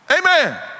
Amen